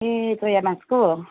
ए चोया बाँसको